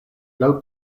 laŭ